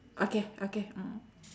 okay okay mm